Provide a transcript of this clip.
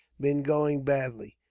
been going badly.